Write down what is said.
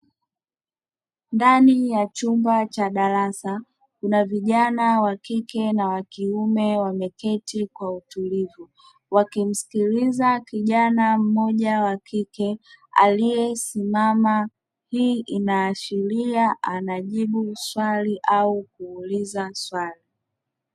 Ndani ya chumba cha darasa kuna vijana wa kike na wa kiume wameketi kwa utulivu wakimsikiliza kijana mmoja wa kike aliyesimama, hii inaashiria anajibu swali au kuuliza swali.